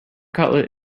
cutlet